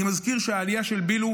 אני מזכיר שבעלייה של ביל"ו